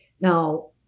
Now